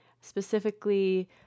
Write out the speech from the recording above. specifically